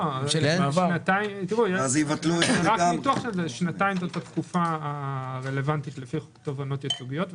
שנתיים היא התקופה הרלוונטית לפי חוק תובענות ייצוגיות,